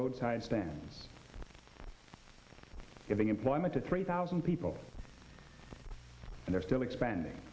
roadside stands giving employment to three thousand people and they're still expanding